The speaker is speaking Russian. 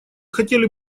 хотели